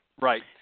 right